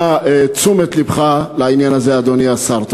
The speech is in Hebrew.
אנא תשומת לבך לעניין הזה, אדוני השר.